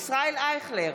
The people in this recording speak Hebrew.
ישראל אייכלר,